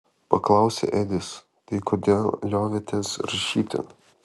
paklausė edis tai kodėl liovėtės rašyti